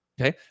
Okay